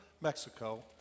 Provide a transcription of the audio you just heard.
Mexico